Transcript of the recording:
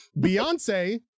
Beyonce